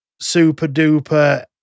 super-duper